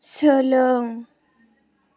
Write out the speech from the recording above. सोलों